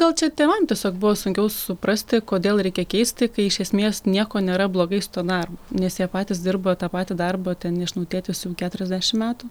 gal čia tėvam tiesiog buvo sunkiau suprasti kodėl reikia keisti kai iš esmės nieko nėra blogai su tuo darbu nes jie patys dirba tą patį darbą ten nežinau tėtis jau keturiadešimt metų